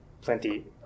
plenty